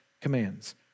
commands